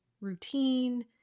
routine